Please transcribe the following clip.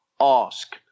Ask